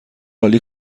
عالی